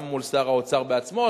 גם מול שר האוצר בעצמו,